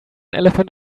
elephant